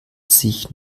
sich